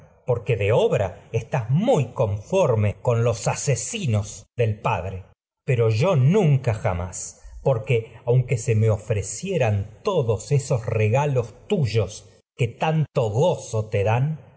porque de los obra con asesinos se me del padre pero yo nunca jamás porque aunque ofrecieran todos les esos regalos tuyos que tanto gozo te dan